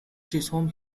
chisholm